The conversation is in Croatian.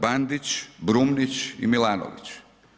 Bandić, Brunić i Milanović.